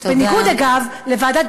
תודה.